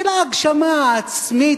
של ההגשמה העצמית,